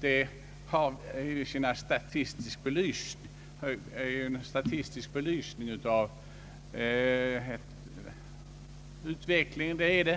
Det är en statistisk belysning av utvecklingen.